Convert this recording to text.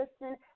listen